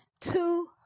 two